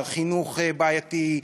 חינוך בעייתי,